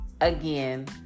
again